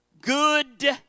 good